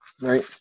Right